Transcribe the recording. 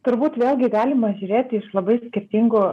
turbūt vėlgi galima žiūrėti iš labai skirtingų